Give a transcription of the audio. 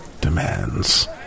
demands